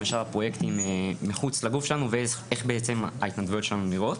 לשאר הפרויקטים מחוץ לגוף שלנו ואיך בעצם ההתנדבויות שלנו נראות.